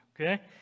Okay